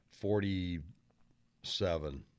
Forty-seven